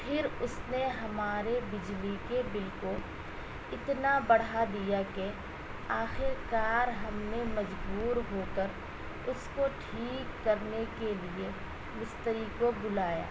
پھر اس نے ہمارے بجلی کے بل کو اتنا بڑھا دیا کہ آخر کار ہم نے مجبور ہو کر اس کو ٹھیک کرنے کے لیے مستری کو بلایا